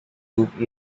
group